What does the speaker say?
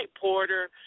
Porter